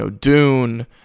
Dune